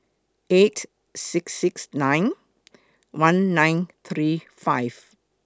eight six six nine one nine three five